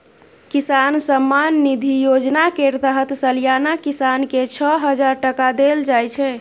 किसान सम्मान निधि योजना केर तहत सलियाना किसान केँ छअ हजार टका देल जाइ छै